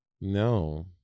No